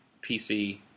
PC